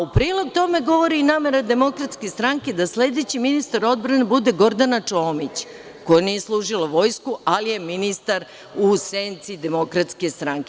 U prilog tome govori i namera Demokratske stranke da sledeći ministar odbrane bude Gordana Čomić, koja nije služila vojsku, ali je ministar u senci Demokratske stranke.